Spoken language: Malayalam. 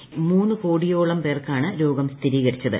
ഇതുവരെ മൂന്ന് കോടിയോളം പേർക്കാണ് രോഗം സ്ഥിരീകരിച്ചത്